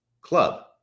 club